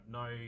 no